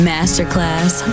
Masterclass